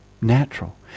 natural